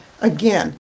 again